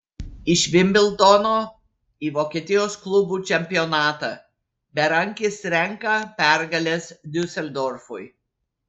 iš vimbldono į vokietijos klubų čempionatą berankis renka pergales diuseldorfui